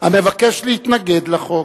המבקש להתנגד לחוק.